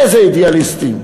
איזה אידיאליסטים.